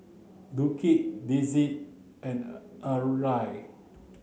Duke Dessie and